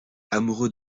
amoureux